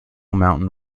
mountain